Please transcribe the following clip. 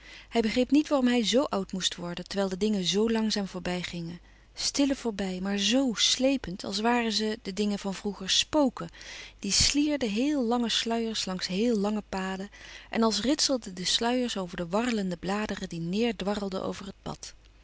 hij begreep niet waarom hij zoo oud moest worden terwijl de dingen zoo langzaam voorbij gingen stille voorbij maar zo slepend als waren ze de dingen van vroeger spoken die slierden heel lange sluiers langs heel lange paden en als ritselden de sluiers over de warrelende bladeren die neêrdwarrelden over het pad